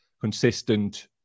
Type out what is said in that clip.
consistent